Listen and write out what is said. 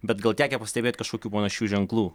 bet gal tekę pastebėt kažkokių panašių ženklų